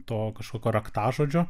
to kažkokio raktažodžio